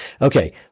Okay